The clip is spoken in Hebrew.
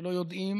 שלא יודעים